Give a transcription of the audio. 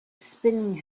spinning